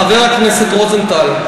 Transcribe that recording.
חבר הכנסת רוזנטל,